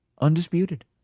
undisputed